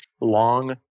long